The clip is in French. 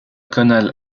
colonel